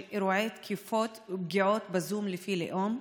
אירועי תקיפות ופגיעות בזום לפי לאום?